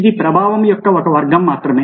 ఇది ప్రభావం యొక్క ఒక వర్గం మాత్రమే